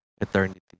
Eternity